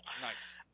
Nice